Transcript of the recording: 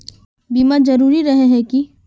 बीमा जरूरी रहे है की?